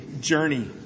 journey